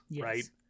right